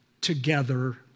together